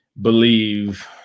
believe